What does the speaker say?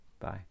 Bye